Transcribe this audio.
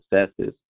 successes